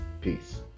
Peace